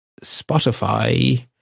Spotify